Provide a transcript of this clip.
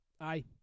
Aye